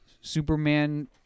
Superman